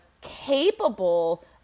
capable